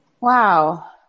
wow